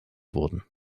wurden